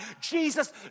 Jesus